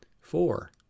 Four